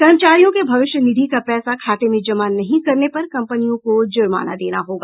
कर्मचारियों के भविष्य निधि का पैसा खाते में जमा नहीं करने पर कम्पनियों को जुर्माना देना होगा